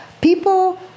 people